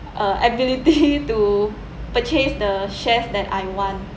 uh ability to purchase the shares that I want